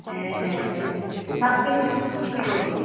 হ্যাঁ হ্যাঁ ওই সব বিক্রি করব